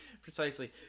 Precisely